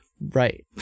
Right